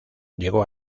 llegó